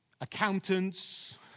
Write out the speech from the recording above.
accountants